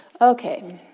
Okay